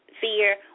fear